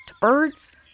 birds